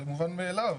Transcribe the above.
זה מובן מאליו.